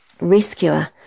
Rescuer